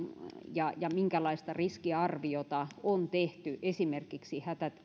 ja ja minkälaista riskiarviota on tehty esimerkiksi